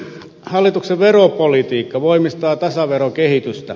hallituksen veropolitiikka voimistaa tasaverokehitystä